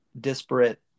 disparate